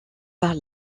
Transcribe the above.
par